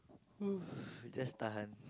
we just tahan